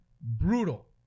Brutal